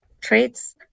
traits